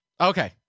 Okay